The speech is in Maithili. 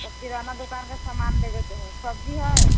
तऽ किराना दोकानके सामान लेबयके है सब्जी है